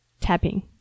tapping